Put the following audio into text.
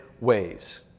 ways